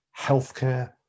healthcare